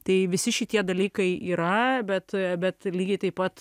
tai visi šitie dalykai yra bet bet lygiai taip pat